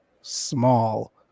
small